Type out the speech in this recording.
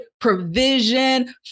provision